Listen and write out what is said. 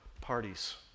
parties